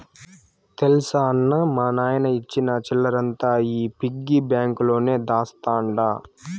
తెల్సా అన్నా, మా నాయన ఇచ్చిన సిల్లరంతా ఈ పిగ్గి బాంక్ లోనే దాస్తండ